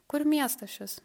kur miestas šis